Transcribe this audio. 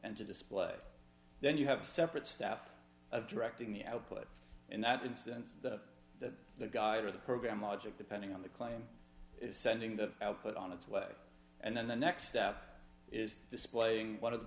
and to display then you have a separate staff of directing the output in that instance that the god of the program logic depending on the client is sending the output on its way and then the next step is displaying one of the